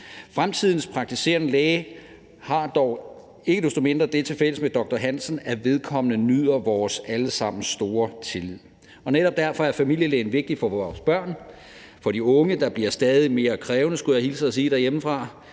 Fremtidens praktiserende læge har dog ikke desto mindre det tilfælles med doktor Hansen, at vedkommende nyder vores alle sammens store tillid. Netop derfor er familielægen vigtig for vores børn, for de unge, der bliver stadig mere krævende, skulle jeg hilse og sige derhjemmefra,